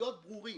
להיות ברורים.